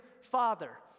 father